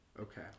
Okay